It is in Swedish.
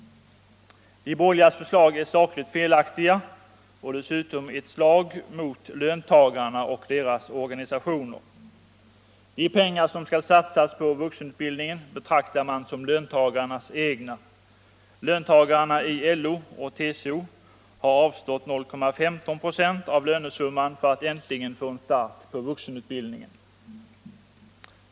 De borgerligas förslag är sakligt felaktiga och dessutom ett slag mot löntagarna och deras organisationer. De pengar som skall satsas på vuxenutbildningen betraktar man som löntagarnas egna. Löntagarna i LO och TCO har avstått 0,15 926 av lönesumman för att äntligen få en start Nr 83 på vuxenutbildningen.